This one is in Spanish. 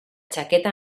chaqueta